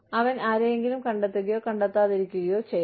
അവൻ ആരെയെങ്കിലും കണ്ടെത്തുകയോ കണ്ടെത്താതിരിക്കുകയോ ചെയ്യാം